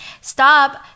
Stop